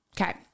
Okay